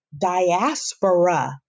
diaspora